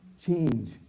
change